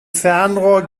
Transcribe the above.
fernrohr